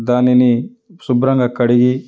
దానిని శుభ్రంగా కడిగి